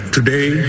Today